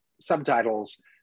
subtitles